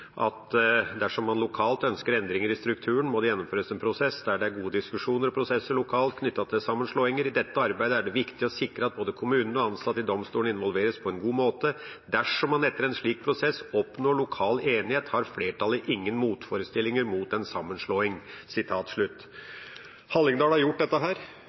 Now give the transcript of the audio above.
man lokalt ønsker endringer i strukturen, må det gjennomføres en prosess der det er gode diskusjoner og prosesser lokalt knyttet til sammenslåinger. I dette arbeidet er det viktig å sikre at både kommunene og ansatte i domstolene involveres på en god måte. Dersom man etter en slik prosess oppnår lokal enighet, har flertallet ingen motforestillinger mot en sammenslåing.» Hallingdal har gjort dette